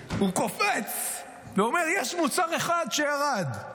הוא קופץ ואומר: יש מוצר אחד שירד,